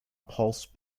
pulse